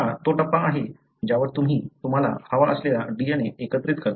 हा तो टप्पा आहे ज्यावर तुम्ही तुम्हाला हवा असलेला DNA एकत्रित करता